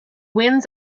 winds